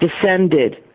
descended